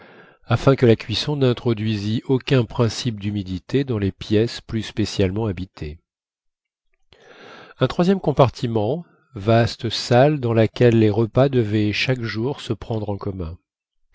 afin que la cuisson n'introduisît aucun principe d'humidité dans les pièces plus spécialement habitées un troisième compartiment vaste salle dans laquelle les repas devaient chaque jour se prendre en commun